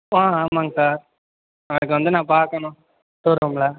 ஆ ஆமாங்க சார் நாளைக்கு வந்து நான் பார்க்கணும் ஷோரூமில்